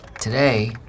today